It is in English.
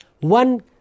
One